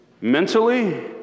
mentally